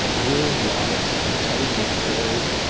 ah ruined lives, they're telling their stories.